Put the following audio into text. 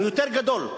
הוא יותר גדול.